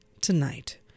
tonight